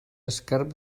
esquerp